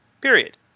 period